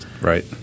right